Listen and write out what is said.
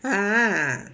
ah